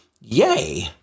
yay